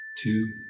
Two